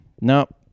Nope